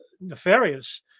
nefarious